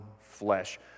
flesh